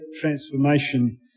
transformation